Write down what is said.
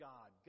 God